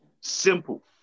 Simple